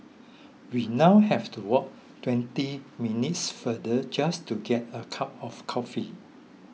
we now have to walk twenty minutes further just to get a cup of coffee